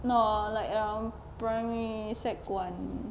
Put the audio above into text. no like around primary sec one